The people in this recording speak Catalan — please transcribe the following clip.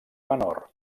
menor